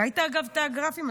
ראית, אגב, את הגרפים?